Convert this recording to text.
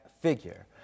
figure